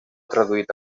traduït